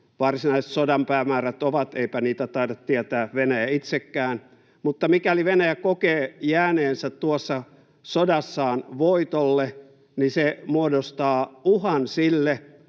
varsinaiset sodan päämäärät ovat, eipä niitä taida tietää Venäjä itsekään, mutta mikäli Venäjä kokee jääneensä tuossa sodassaan voitolle — se muodostaa uhan sille,